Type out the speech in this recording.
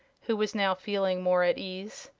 who was now feeling more at ease.